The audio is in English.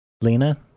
Lena